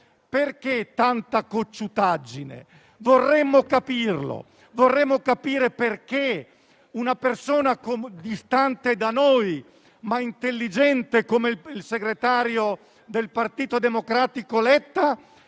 perché tanta cocciutaggine. Vorremmo saperlo e capire perché una persona distante da noi, ma intelligente come il segretario del Partito Democratico Letta,